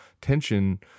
tension